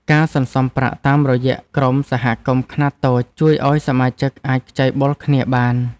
ការសន្សំប្រាក់តាមរយៈក្រុមសហគមន៍ខ្នាតតូច ជួយឱ្យសមាជិកអាចខ្ចីបុលគ្នាបាន។